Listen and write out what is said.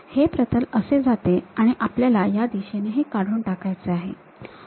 हे प्रतल असे जाते आणि आपल्याला या दिशेनं हे काढून टाकायचे आहे